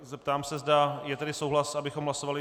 Zeptám se, zda je tady souhlas, abychom hlasovali...